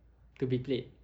to be played